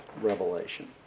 revelation